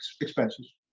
expenses